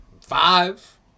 five